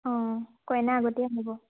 অঁ কইনা আগতে আনিব